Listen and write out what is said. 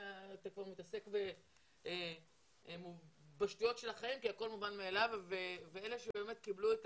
אתה מתעסק בשטויות של החיים כי הכול מובן מאליו ואלה שבאמת קיבלו את